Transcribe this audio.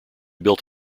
built